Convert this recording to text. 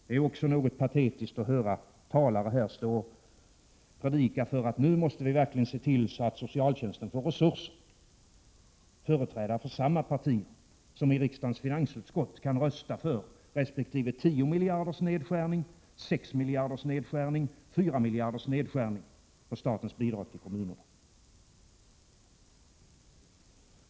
Det är också något patetiskt att höra talare här stå och predika för att vi nu verkligen måste se till att socialtjänsten får resurser — företrädare för samma partier som i riksdagens finansutskott kan rösta för resp. 10 miljarders nedskärning, 6 miljarders nedskärning, 4 miljarders nedskärning av statens bidrag till kommunerna.